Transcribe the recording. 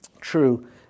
true